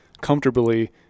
comfortably